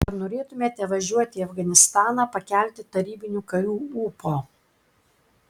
ar norėtumėte važiuoti į afganistaną pakelti tarybinių karių ūpo